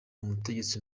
mutegetsi